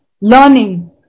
learning